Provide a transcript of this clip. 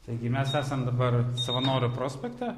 taigi mes esam dabar savanorių prospekte